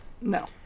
No